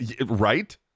right